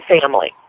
family